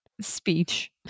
speech